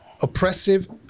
oppressive